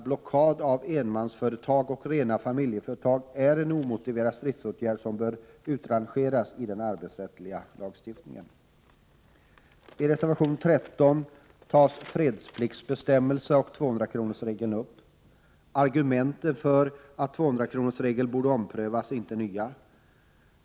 Blockad av enmansföretag och rena familjeföretag är en omotiverad stridsåtgärd, som bör utrangeras ur den arbetsrättsliga lagstiftningen. I reservation 13 tas fredspliktsbestämmelserna och 200-kronorsregeln upp. Argumenten för att 200-kronorsregeln borde omprövas är inte nya.